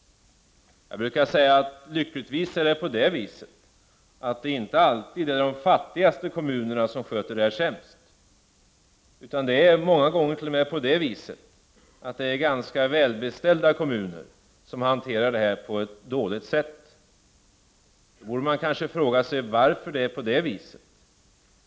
Jag brukar säga att det lyckligtvis inte alltid är de fattigaste kommunerna som sköter detta sämst, utan det är många gånger t.o.m. ganska välbeställda kommuner som hanterar detta på ett dåligt sätt. Då borde man kanske fråga sig varför det är på det viset.